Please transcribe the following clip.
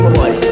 boy